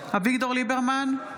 אביגדור ליברמן,